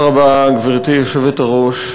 גברתי היושבת-ראש,